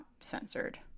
censored